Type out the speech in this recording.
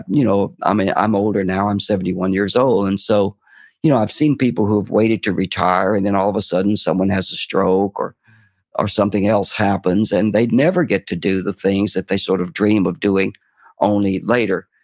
you know, i'm older now, i'm seventy one years old, and so you know i've seen people who have waited to retire and then all of a sudden someone has a stroke or or something else happens, and they never get to do the things that they sort of dream of doing only later.